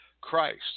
Christ